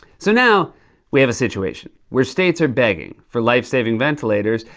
so now we have a situation where states are begging for life-saving ventilators,